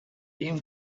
team